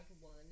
one